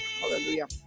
hallelujah